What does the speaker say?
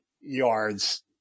yards